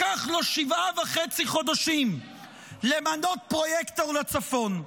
לקח לו שבעה וחצי חודשים למנות פרויקטור לצפון.